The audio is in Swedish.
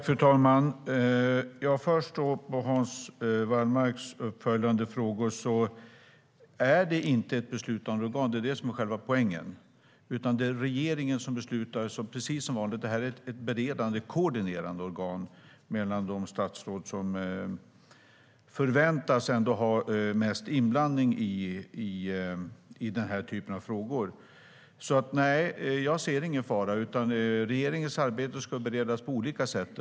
Fru talman! Först gäller det Hans Wallmarks uppföljande frågor. Det är inte ett beslutande organ. Det är det som är själva poängen. Det är regeringen som beslutar, precis som vanligt. Det här är ett beredande och koordinerande organ mellan de statsråd som förväntas ha mest inblandning i den här typen av frågor. Nej, jag ser ingen fara. Regeringens arbete ska beredas på olika sätt.